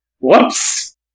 Whoops